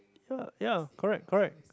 ya ya correct correct